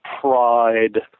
pride